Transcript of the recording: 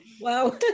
Wow